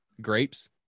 grapes